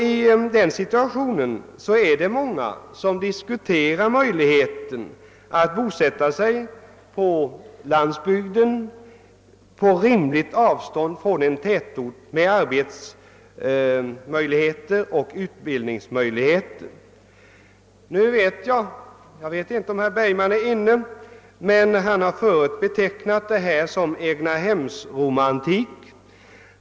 I denna situation är det många som diskuterar möjligheten att i stället bosätta sig på landsbygden på rimligt avstånd från en tätort med arbetsoch utbildningsmöjligheter. Jag vet inte om herr Bergman är inne, men han har förut betecknat detta som egnahemsromantik.